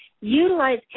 utilize